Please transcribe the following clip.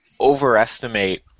overestimate